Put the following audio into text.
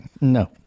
No